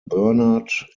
bernard